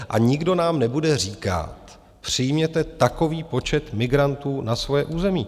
A nikdo nám nebude říkat, přijměte takový počet migrantů na svoje území.